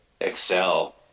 excel